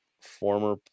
former